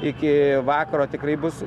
iki vakaro tikrai bus